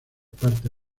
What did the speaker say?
parte